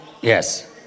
Yes